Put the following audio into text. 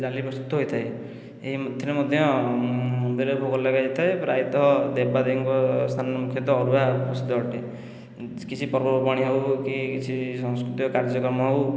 ଡାଲି ପ୍ରସ୍ତୁତ ହୋଇଥାଏ ଏଥିରେ ମଧ୍ୟ ମନ୍ଦିରରେ ଭୋଗ ଲଗା ଯାଇଥାଏ ପ୍ରାୟତଃ ଦେବାଦେବୀଙ୍କ ସ୍ଥାନ ମୁଖ୍ୟତଃ ଅରୁଆ ପ୍ରସ୍ତୁତ ଅଟେ କିଛି ପର୍ବପର୍ବାଣି ହେଉ କି କିଛି ସଂସ୍କୃତିକ କାର୍ଯ୍ୟକ୍ରମ ହେଉ